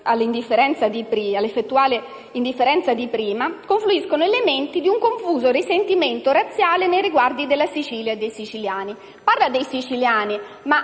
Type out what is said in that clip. all'effettuale indifferenza di prima, confluiscano elementi di un confuso risentimento razziale nei confronti della Sicilia e dei siciliani». Egli parla dei siciliani, ma